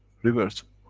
reversible.